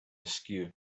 askew